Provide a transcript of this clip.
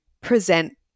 present